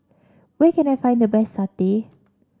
where can I find the best satay